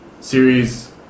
series